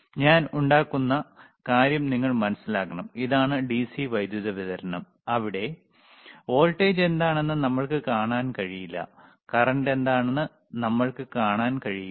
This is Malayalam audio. ഞാൻ ഉണ്ടാക്കുന്ന കാര്യം നിങ്ങൾ മനസ്സിലാക്കണം ഇതാണ് ഡിസി വൈദ്യുതി വിതരണം അവിടെ വോൾട്ടേജ് എന്താണെന്ന് നമ്മൾക്ക് കാണാൻ കഴിയില്ല കറന്റ് എന്താണെന്ന് നമ്മൾക്ക് കാണാൻ കഴിയില്ല